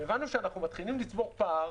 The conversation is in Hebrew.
הבנו שאנחנו מתחילים לצבור פער